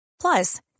Plus